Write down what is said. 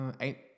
eight